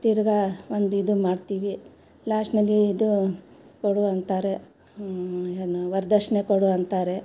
ತಿರುಗಾ ಒಂದು ಇದು ಮಾಡ್ತೀವಿ ಲಾಸ್ಟ್ನಲ್ಲಿ ಇದು ಕೊಡು ಅಂತಾರೆ ಏನು ವರ್ದಷ್ಣೆ ಕೊಡು ಅಂತಾರೆ